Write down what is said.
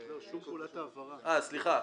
זה --- אה, סליחה.